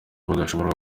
badashobora